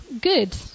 good